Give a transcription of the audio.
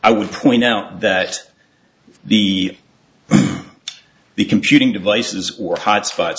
i would point out that the the computing devices or hotspots